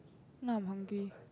now I'm hungry